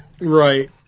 Right